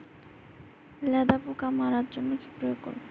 লেদা পোকা মারার জন্য কি প্রয়োগ করব?